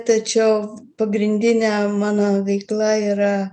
tačiau pagrindinė mano veikla yra